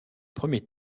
premier